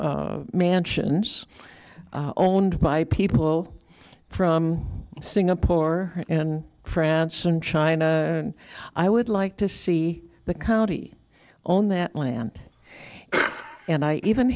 mansions owned by people from singapore and france and china i would like to see the county own that land and i even